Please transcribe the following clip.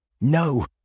No